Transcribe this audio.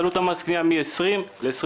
תעלו את מס הקנייה מ-20 ל-25,